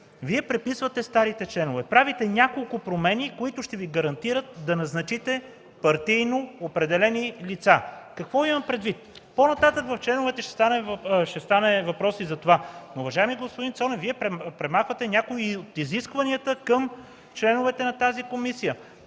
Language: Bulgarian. Вие преписвате старите членове. Правите няколко промени, които ще Ви гарантират назначаването на партийно определени лица. Какво имам предвид? По-нататък в членовете ще стане въпрос и за това. Уважаеми господин Цонев, Вие премахвате някои от изискванията към членовете на тази комисия